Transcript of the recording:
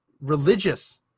religious